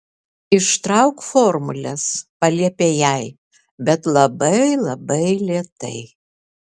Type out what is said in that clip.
ištrauk formules paliepė jai bet labai labai lėtai